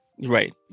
Right